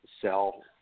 sell